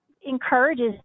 encourages